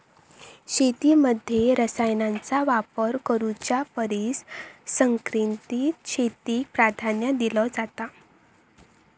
शेतीमध्ये रसायनांचा वापर करुच्या परिस सेंद्रिय शेतीक प्राधान्य दिलो जाता